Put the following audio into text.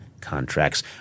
contracts